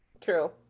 True